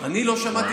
אני לא שמעתי.